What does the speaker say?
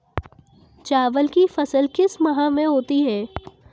चावल की फसल किस माह में होती है?